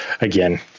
again